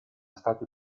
stati